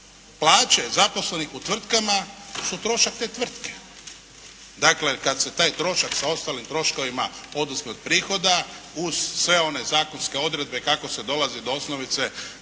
Plaće zaposlenih u tvrtkama su trošak te tvrtke. Dakle, kada se taj trošak sa ostalim troškovima oduzme od prihoda uz sve one zakonske odredbe kako se dolazi do osnovice